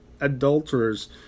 adulterers